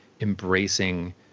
embracing